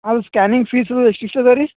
ಅಲ್ಲಿ scanning fees ಎಷ್ಟೆಷ್ಟು ಅದ ರೀ